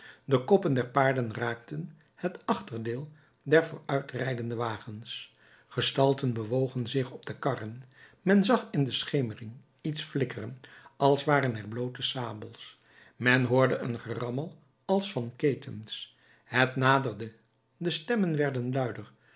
de koppen der paarden raakten het achterdeel der vooruitrijdende wagens gestalten bewogen zich op de karren men zag in de schemering iets flikkeren als waren er bloote sabels men hoorde een gerammel als van ketens het naderde de stemmen werden luider